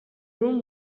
room